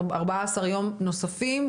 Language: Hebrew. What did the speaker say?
14 יום נוספים,